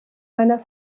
meiner